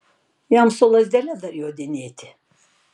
jam su lazdele dar jodinėti